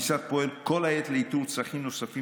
המשרד פועל כל העת לאיתור צרכים נוספים